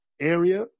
area